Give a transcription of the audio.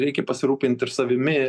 reikia pasirūpint ir savimi